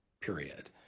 period